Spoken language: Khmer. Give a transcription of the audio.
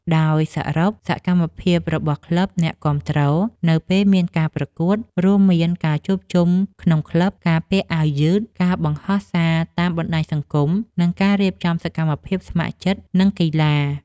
ដោយសរុប សកម្មភាពរបស់ក្លឹបអ្នកគាំទ្រនៅពេលមានការប្រកួត រួមមានការជួបជុំក្នុងក្លឹប ការពាក់អាវយឺត ការបង្ហោះសារតាមបណ្តាញសង្គម និងការរៀបចំសកម្មភាពស្ម័គ្រចិត្ត និងកីឡា។